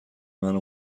مرا